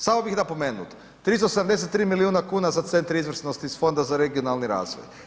Samo bi napomenut, 373 milijuna kuna za Centre izvrsnosti iz Fonda za regionalni razvoj.